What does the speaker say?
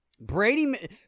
Brady